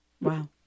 Wow